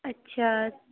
اچھا